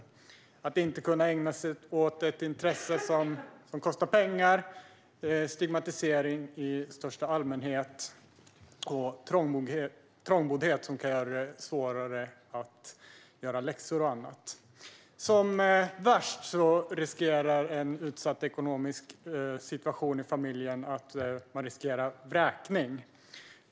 Det kan handla om att inte kunna ägna sig åt ett intresse som kostar pengar, om stigmatisering i största allmänhet och om trångboddhet, som kan göra det svårare att göra läxor och annat. Som värst riskerar en utsatt ekonomisk situation i familjen att leda till vräkning.